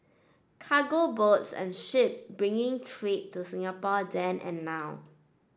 cargo boats and ship bringing trade to Singapore then and now